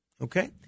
Okay